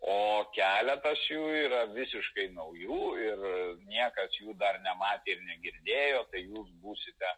o keletas jų yra visiškai naujų ir niekas jų dar nematė negirdėjo taigi jūs būsite